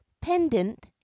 pendant